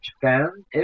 Japan